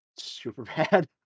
Superbad